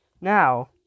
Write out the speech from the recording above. now